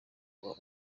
ubwo